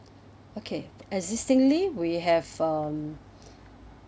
okay existingly we have um